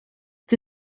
het